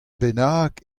bennak